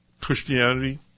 Christianity